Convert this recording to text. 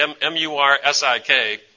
M-U-R-S-I-K